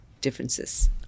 differences